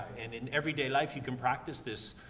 and in everyday life you can practice this.